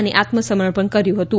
અને આત્મસમર્પણ કર્યું હતું